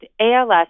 ALS